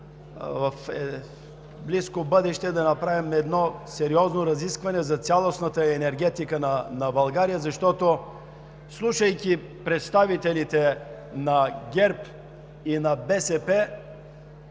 в близко бъдеще да направим едно сериозно разискване за цялостната енергетика на България, защото, слушайки представителите на ГЕРБ и на БСП,